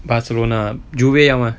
barcelona juve 要 mah